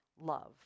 love